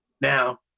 Now